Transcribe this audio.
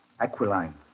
Aquiline